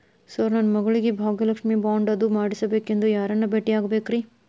Sir ನನ್ನ ಮಗಳಿಗೆ Bhagyalakshmi bond ಅದು ಮಾಡಿಸಬೇಕೆಂದು ಯಾರನ್ನ ಭೇಟಿಯಾಗಬೇಕ್ರಿ?